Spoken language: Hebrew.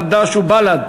חד"ש ובל"ד.